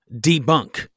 debunk